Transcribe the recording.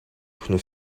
охиноо